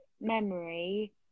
memory